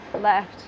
left